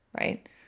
right